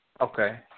Okay